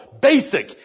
basic